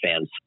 fans